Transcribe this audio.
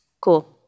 Cool